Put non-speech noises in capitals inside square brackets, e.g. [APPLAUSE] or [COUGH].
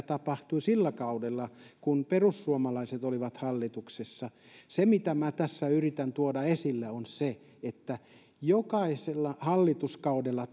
[UNINTELLIGIBLE] tapahtui sillä kaudella kun perussuomalaiset olivat hallituksessa se mitä minä tässä yritän tuoda esille on se että jokaisella hallituskaudella [UNINTELLIGIBLE]